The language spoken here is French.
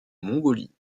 mongolie